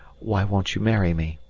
why won't you marry me?